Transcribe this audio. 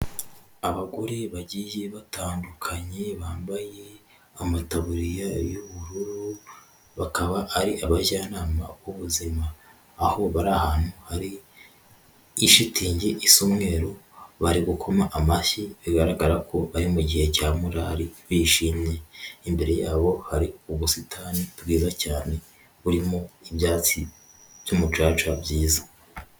Abagore bagiye batandukanye bambaye amataburiya y'ubururu bakaba ari abajyanama b'ubuzima, aho bari ahantu hari ishitingi isa umweru bari gukoma amashyi bigaragara ko ari mu gihe cya morari bishimye, imbere yabo hari ubusitani bwiza cyane burimo ibyatsi by'umucaca byiza.